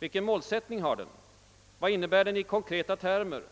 Vilken målsättning har den? Vad innebär den i konkreta termer?